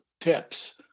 tips